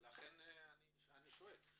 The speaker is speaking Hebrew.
לכן אני שואל.